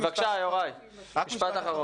בבקשה, יוראי, משפט אחרון.